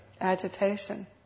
agitation